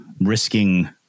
risking